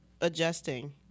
adjusting